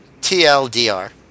TLDR